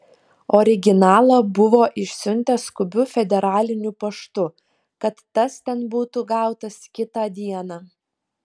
originalą buvo išsiuntęs skubiu federaliniu paštu kad tas ten būtų gautas kitą dieną